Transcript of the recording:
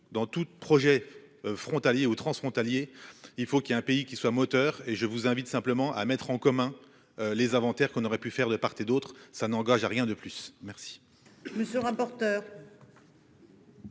dans toutes projet frontaliers ou transfrontaliers. Il faut qu'il ait un pays qui soit moteur et je vous invite simplement à mettre en commun les aventures qu'on aurait pu faire de part et d'autre, ça n'engage à rien de plus. Merci